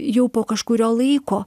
jau po kažkurio laiko